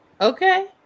okay